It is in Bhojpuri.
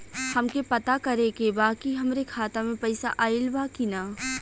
हमके पता करे के बा कि हमरे खाता में पैसा ऑइल बा कि ना?